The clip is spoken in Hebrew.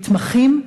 מתמחים,